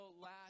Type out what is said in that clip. last